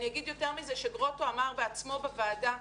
אני אגיד יותר מזה שגרוטו אמר בעצמו בוועדה,